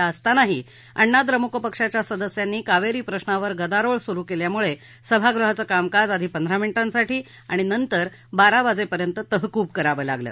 असं असतानाही अण्णा द्रमुक पक्षाच्या सदस्यांनी कावेरी प्रश्नावर गदारोळ सुरू केल्यामुळे सभागृहाचं कामकाज आधी पंधरा मिनि साठी आणि नंतर बारा वाजेपर्यंत तहकूब करावं लागलं